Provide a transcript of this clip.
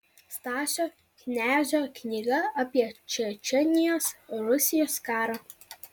stasio knezio knyga apie čečėnijos rusijos karą